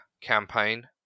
campaign